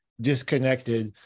disconnected